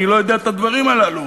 אני לא יודע את הדברים הללו.